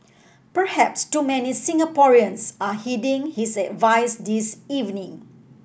perhaps too many Singaporeans are heeding his advice this evening